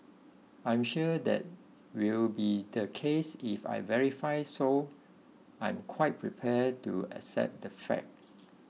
I'm sure that will be the case if I verify so I'm quite prepared to accept that fact